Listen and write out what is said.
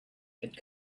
had